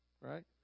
right